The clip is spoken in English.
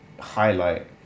highlight